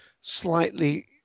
slightly